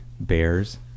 bears